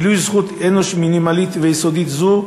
מילוי זכות אנוש מינימלית ויסודית זו,